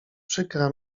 przykra